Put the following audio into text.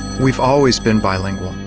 we've always been bilingual.